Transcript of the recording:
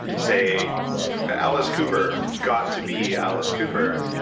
say alice cooper got to be alice cooper,